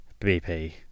BP